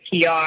PR